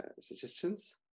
suggestions